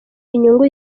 inyungu